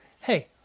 hey